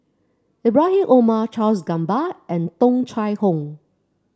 Ibrahim Omar Charles Gamba and Tung Chye Hong